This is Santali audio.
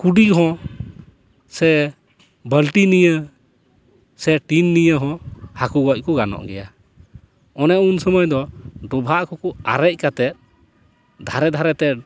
ᱠᱩᱰᱤ ᱦᱚᱸ ᱥᱮ ᱵᱟᱹᱞᱛᱤ ᱱᱤᱭᱟᱹ ᱥᱮ ᱴᱤᱱ ᱱᱤᱭᱟᱹ ᱦᱚᱸ ᱦᱟᱹᱠᱩ ᱜᱚᱡ ᱠᱚ ᱜᱟᱱᱚᱜ ᱜᱮᱭᱟ ᱚᱱᱮ ᱩᱱᱥᱩᱢᱟᱹᱭ ᱫᱚ ᱰᱚᱵᱷᱟᱜ ᱠᱚᱠᱚ ᱟᱨᱮᱡ ᱠᱟᱛᱮᱫ ᱫᱷᱟᱨᱮ ᱫᱷᱟᱨᱮᱛᱮ